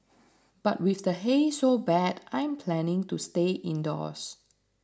but with the haze so bad I'm planning to stay indoors